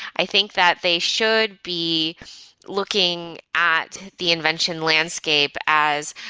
i think that they should be looking at the invention landscape as,